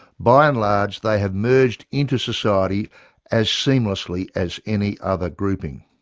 by and large they have merged into society as seamlessly as any other grouping.